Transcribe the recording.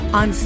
on